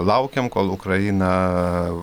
laukiam kol ukraina